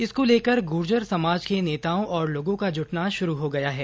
इसको लेकर गुर्जर समाज के नेताओं और लोगों का जुटना शुरू हो गया है